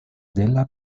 della